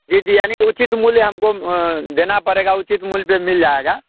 जी जी यानी उचित मूल्य हमको देना पड़ेगा उचित मूल्य पे मिल जाएगा